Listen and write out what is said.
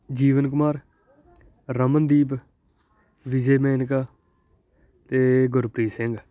ਜੀਵਨ ਕੁਮਾਰ ਰਮਨਦੀਪ ਵਿਜੇ ਮੇਨਕਾ ਅਤੇ ਗੁਰਪ੍ਰੀਤ ਸਿੰਘ